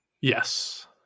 Yes